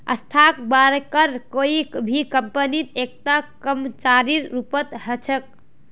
stock broker कोई भी कम्पनीत एकता कर्मचारीर रूपत ह छेक